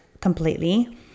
completely